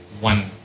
one